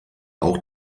auch